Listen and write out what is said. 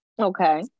Okay